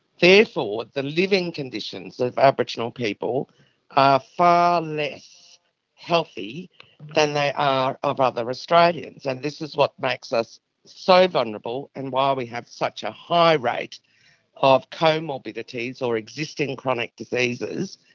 therefore the living conditions of aboriginal people are far less healthy than they are of other australians, and this is what makes us so vulnerable and why we have such a high rate of comorbidities or existing chronic diseases,